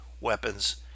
weapons